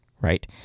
right